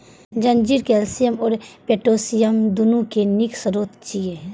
अंजीर कैल्शियम आ पोटेशियम, दुनू के नीक स्रोत छियै